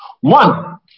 one